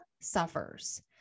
suffers